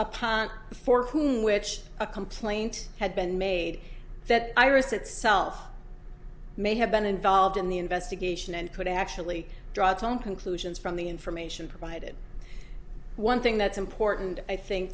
whom which a complaint had been made that iris itself may have been involved in the investigation and could actually draw its own conclusions from the information provided the one thing that's important i think